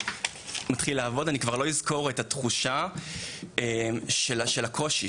מתחיל לעבוד אני כבר לא אזכור את התחושה של הקושי,